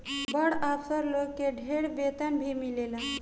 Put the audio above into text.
बड़ अफसर लोग के ढेर वेतन भी मिलेला